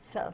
so